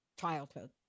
childhood